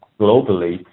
globally